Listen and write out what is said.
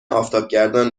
آفتابگردان